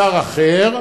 שר אחר,